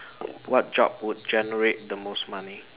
what job would generate the most money